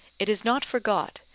it is not forgot,